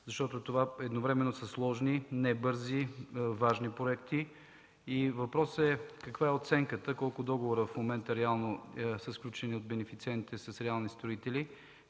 защото това едновременно са сложни, не бързи, важни проекти. Въпросът е: каква е оценката; колко договора в момента реално са сключени от бенефициентите с реални строители;